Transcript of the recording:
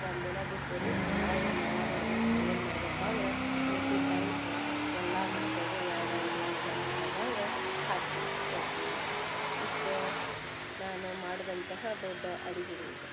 ಒಂದು ದಿನ ಬಿಟ್ಟು ರೀ ಹೊರ್ಳಿ ಮಳ್ಳ ಮರು ದಿವ್ಸ ಏನು ಮಾಡಿದೆವಪ್ಪ ಅಂದ್ರೆ ಊಟದ ಟೈಮ್ಗ ಎಲ್ಲ ಮಕ್ಕಳ್ಗೆ ಎರಡು ಎರಡು ಗುಲಾಬ್ ಜಾಮೂನ್ ಬರು ಹಂಗ ಹಾಕಿ ಕೊಟ್ಟೆವ್ ರೀ ಇಷ್ಟು ನಾನು ಮಾಡಿದಂತಹ ದೊಡ್ಡ ಅಡಿಗೆ ರೀ ಇದು